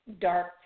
dark